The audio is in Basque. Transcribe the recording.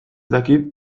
dakit